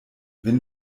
wenn